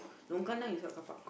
longkang is what car park